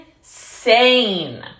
insane